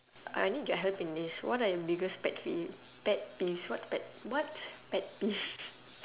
I need your help in this what are your biggest pet pee~ pet peeves what pet what's pet peeves